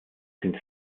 sind